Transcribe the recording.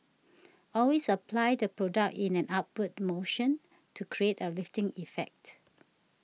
always apply the product in an upward motion to create a lifting effect